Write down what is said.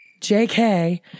JK